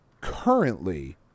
currently